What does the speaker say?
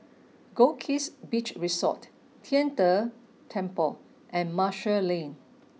Goldkist Beach Resort Tian De Temple and Marshall Lane